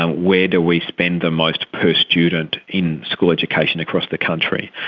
um where do we spend the most per student in school education across the country,